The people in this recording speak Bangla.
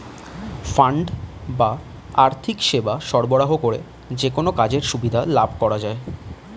ফান্ড বা আর্থিক সেবা সরবরাহ করে যেকোনো কাজের সুবিধা লাভ করা যায়